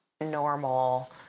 normal